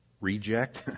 reject